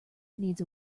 needs